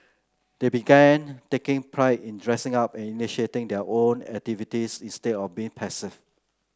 they began taking pride in dressing up and initiating their own activities instead of being passive